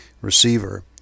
receiver